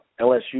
LSU